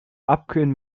abkühlen